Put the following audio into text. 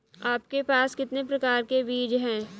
आपके पास कितने प्रकार के बीज हैं?